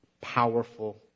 powerful